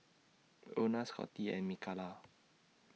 Ona Scottie and Mikalah